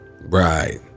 Right